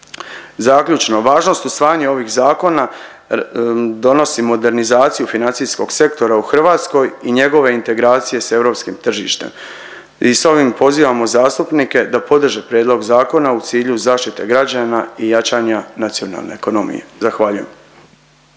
Zaključno, važnost usvajanja ovih zakona donosi modernizaciju financijskog sektora u Hrvatskoj i njegove integracije s europskim tržištem i s ovim pozivamo zastupnike da podrže prijedlog zakona u cilju zaštite građana i jačanja nacionalne ekonomije. Zahvaljujem.